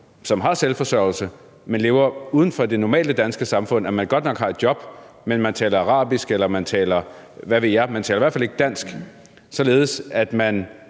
som er selvforsørgende, men som lever uden for det normale danske samfund; man har godt nok et job, men man taler arabisk, eller hvad ved jeg – man taler i hvert fald ikke dansk – således at man